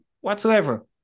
whatsoever